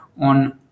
on